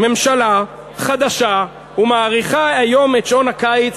ממשלה חדשה, ומאריכה היום את שעון הקיץ